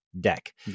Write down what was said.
Deck